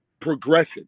progression